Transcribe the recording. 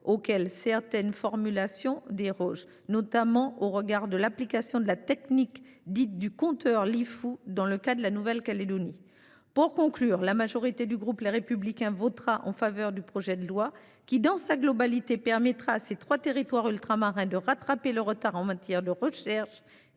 auxquels certaines formulations dérogent, notamment au regard de l’application de la technique du « compteur Lifou » dans le cas de la Nouvelle Calédonie. Pour conclure, la majorité du groupe Les Républicains votera en faveur de ce projet de loi. Dans sa globalité, ce dernier permettra aux trois territoires ultramarins concernés de rattraper le retard en matière de recherche et de santé, ce